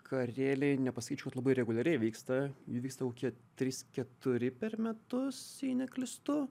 vakarėliai nepasakyčiau kad labai reguliariai vyksta jie vyksta kokie trys keturi per metus jei neklystu